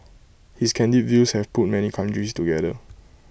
his candid views have put many countries together